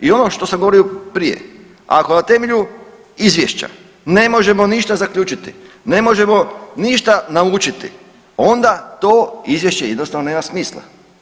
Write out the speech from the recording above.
I ono što sam govorio prije, ako na temelju izvješća ne možemo ništa zaključiti, ne možemo ništa naučiti, onda to izvješće jednostavno nema smisla.